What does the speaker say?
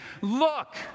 Look